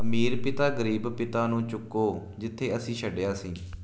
ਅਮੀਰ ਪਿਤਾ ਗਰੀਬ ਪਿਤਾ ਨੂੰ ਚੁੱਕੋ ਜਿੱਥੇ ਅਸੀਂ ਛੱਡਿਆ ਸੀ